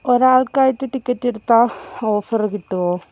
ഒരാൾക്കായിട്ട് ticket എടുത്താൽ offer കിട്ടുമോ